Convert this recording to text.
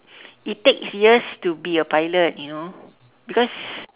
it takes years to be a pilot you know because